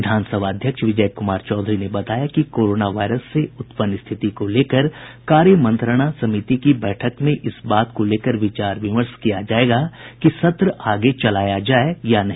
विधानसभा अध्यक्ष विजय कुमार चौधरी ने बताया कि कोरोना वायरस से उत्पन्न स्थिति को लेकर कार्य मंत्रणा समिति की बैठक में इस बात को लेकर विचार विमर्श किया जायेगा कि सत्र आगे चलाया जाये या नहीं